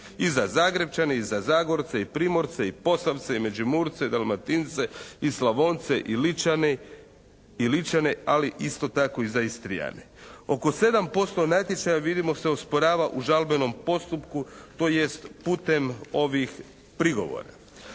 I za Zagrepčane, i za Zagorce, i Primorce, i Posavce, i Međimurce, i Dalmatince, i Slavonce, i Ličane, ali isto tako i za Istrijane. Oko 7% natječaja vidimo, se usporava u žalbenom postupku tj. putem ovih prigovora.